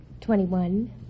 Twenty-one